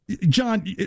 John